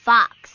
Fox